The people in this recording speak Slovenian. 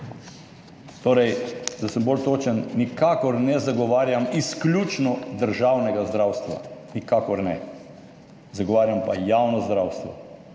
Torej, če sem bolj točen, nikakor ne zagovarjam izključno državnega zdravstva, nikakor ne, zagovarjam pa javno zdravstvo.